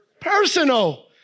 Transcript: personal